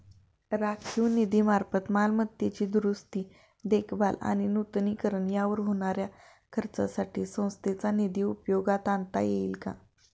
राखीव निधीमार्फत मालमत्तेची दुरुस्ती, देखभाल आणि नूतनीकरण यावर होणाऱ्या खर्चासाठी संस्थेचा निधी उपयोगात आणता येईल का?